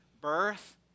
birth